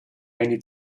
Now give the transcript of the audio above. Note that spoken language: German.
heine